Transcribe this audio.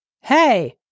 Hey